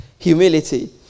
Humility